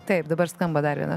taip dabar skamba dar viena